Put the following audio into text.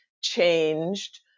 changed